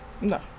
No